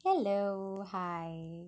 hello hi